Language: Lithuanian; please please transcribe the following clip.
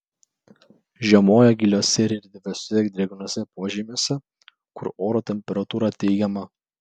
žiemoja giliuose ir erdviuose drėgnuose požymiuose kur oro temperatūra teigiama